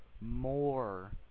more